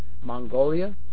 Mongolia